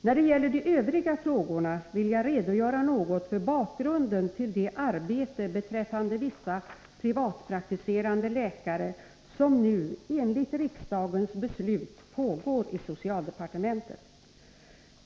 När det gäller de övriga frågorna vill jag redogöra något för bakgrunden till det arbete beträffande vissa privatpraktiserande läkare som nu enligt riksdagens beslut pågår i socialdepartementet.